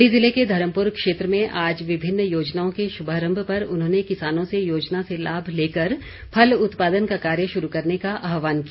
मण्डी ज़िले के धर्मपुर क्षेत्र में आज विभिन्न योजनाओं के शुभारम्भ पर उन्होंने किसानों से योजना से लाभ लेकर फल उत्पादन का कार्य शुरू करने का आहवान किया